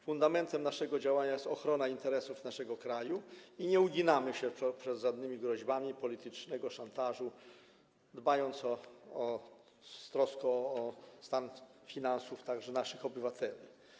Fundamentem naszego działania jest ochrona interesów naszego kraju i nie uginamy się pod żadnymi groźbami politycznego szantażu, podchodząc z troską do stanu finansów naszych obywateli.